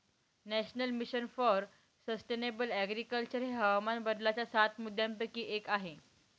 national mission for sustainable agriculture हे हवामान बदलाच्या सात मुद्यांपैकी एक आहे